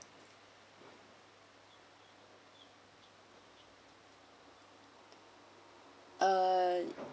uh